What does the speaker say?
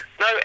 No